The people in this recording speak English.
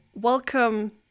Welcome